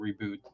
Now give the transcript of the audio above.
reboot